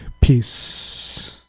peace